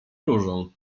różą